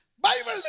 Bible